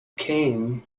came